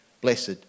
blessed